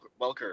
Welker